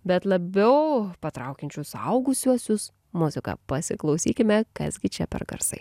bet labiau patraukiančių suaugusiuosius muziką pasiklausykime kas gi čia per garsai